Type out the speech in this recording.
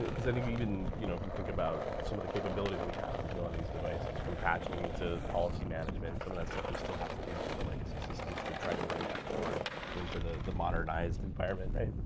cause i think even you know if you think about some of the capabilities we have to do on these devices from patching to policy management some of that stuff we still have to do through the legacy systems to try to bring that forward into the the modernized environment, right?